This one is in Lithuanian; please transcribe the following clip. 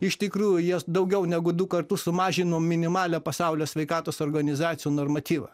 iš tikrųjų jie daugiau negu du kartus sumažino minimalią pasaulio sveikatos organizacijų normatyvą